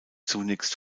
zunächst